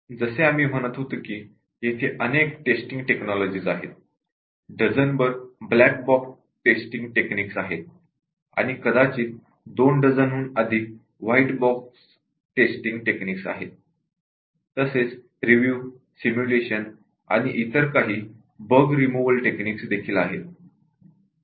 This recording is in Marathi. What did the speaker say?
जसे आम्ही म्हणत होतो की येथे अनेक टेस्टिंग टेक्नॉलॉजीज् आहेत डझनभर ब्लॅक बॉक्स टेस्टिंग टेक्निक्स आहेत आणि कदाचित दोन डझनहून अधिक व्हाइट बॉक्स टेस्टिंग टेक्निक्स आहेत तसेच रिव्यू सिम्युलेशन आणि इतर काही बग रिमूव्हल टेक्निक्स देखील आहेत